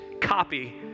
copy